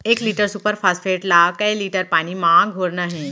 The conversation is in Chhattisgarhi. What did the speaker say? एक लीटर सुपर फास्फेट ला कए लीटर पानी मा घोरना हे?